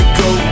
go